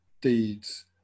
deeds